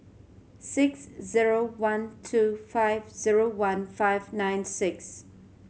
six zero one two five zero one five nine six